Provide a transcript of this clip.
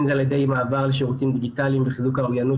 אם זה על ידי מעבר לשירותים דיגיטליים וחיזוק האוריינות